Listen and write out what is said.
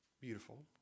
beautiful